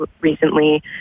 recently